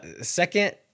Second